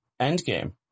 Endgame